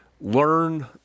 learn